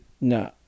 No